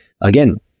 again